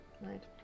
Right